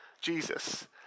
Jesus